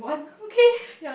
okay